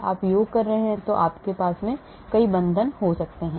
आप योग कर रहे हैं क्योंकि कई बंधन हो सकते हैं